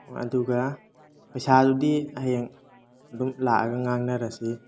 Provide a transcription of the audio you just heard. ꯑꯣ ꯑꯗꯨꯒ ꯄꯩꯁꯥꯗꯨꯗꯤ ꯍꯌꯦꯡ ꯑꯗꯨꯝ ꯂꯥꯛꯑꯒ ꯉꯥꯡꯅꯔꯁꯤ